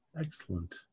excellent